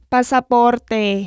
Pasaporte